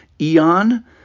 eon